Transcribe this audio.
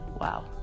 Wow